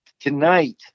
tonight